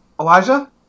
Elijah